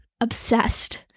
obsessed